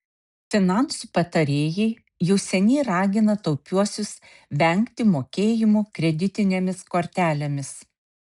finansų patarėjai jau seniai ragina taupiuosius vengti mokėjimų kreditinėmis kortelėmis